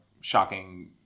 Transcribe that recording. shocking